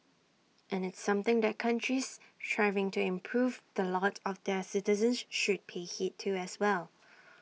and it's something that countries striving to improve the lot of their citizens should pay heed to as well